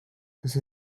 that